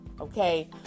okay